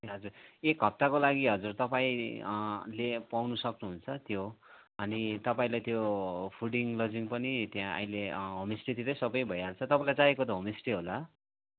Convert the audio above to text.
ए हजुर एक हप्ताको लागि हजुर तपाईँ ले पाउनु सक्नुहुन्छ त्यो अनि तपाईँलाई त्यो फुडिङ लजिङ पनि त्यहाँ अहिले होमस्टेतिरै सबै भइहाल्छ तपाईँलाई चाहिएको त होमस्टे होला